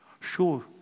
Sure